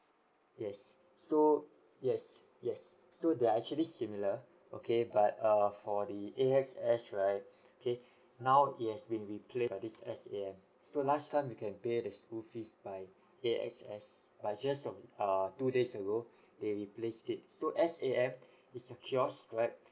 yes so yes yes so they are actually similar okay but err for the A_X_S right okay now it has been replaced by this S_A_M so last time you can pay the school fees by A_X_S but just of err two days ago they replaced it so S_A_M is a kiosk right